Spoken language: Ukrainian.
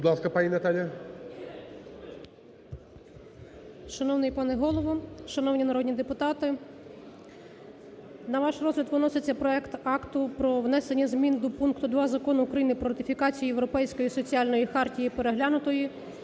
Будь ласка, пані Наталія.